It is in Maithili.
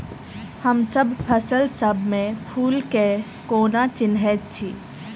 हमसब फसल सब मे फूल केँ कोना चिन्है छी?